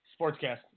Sportscast